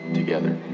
together